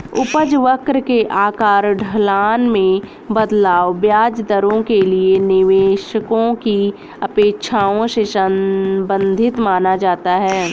उपज वक्र के आकार, ढलान में बदलाव, ब्याज दरों के लिए निवेशकों की अपेक्षाओं से संबंधित माना जाता है